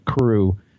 crew